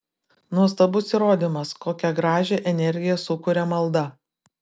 nuostabus įrodymas kokią gražią energiją sukuria malda